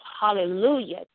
Hallelujah